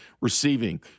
receiving